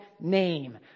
name